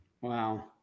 wow